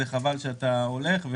זה חבל שאתה הולך,